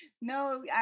No